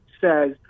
says